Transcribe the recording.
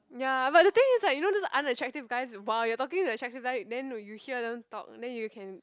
ya but the thing is like you know this unattractive guys !wah! you're talking to attractive then we you hear them talk then you can